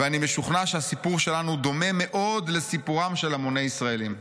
ואני משוכנע שהסיפור שלנו דומה מאוד לסיפורם של המוני ישראלים",